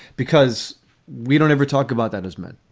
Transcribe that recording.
because we don't ever talk about that as men.